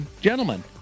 gentlemen